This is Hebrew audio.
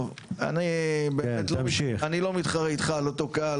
אני לא מתחרה איתך על אותו קהל,